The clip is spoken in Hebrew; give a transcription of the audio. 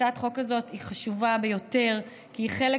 הצעת החוק הזאת חשובה ביותר, כי היא חלק